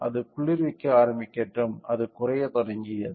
அது குளிர்விக்க ஆரம்பிக்கட்டும் அது குறையத் தொடங்கியது